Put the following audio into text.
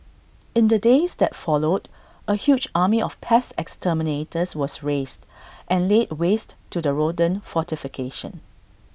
in the days that followed A huge army of pest exterminators was raised and laid waste to the rodent fortification